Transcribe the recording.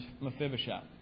Mephibosheth